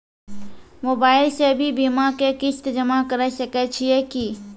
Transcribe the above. Mobile से भी बीमा के किस्त जमा करै सकैय छियै कि?